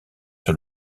sur